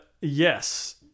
Yes